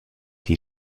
die